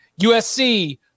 USC